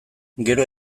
gero